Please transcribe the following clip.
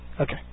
Okay